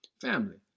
family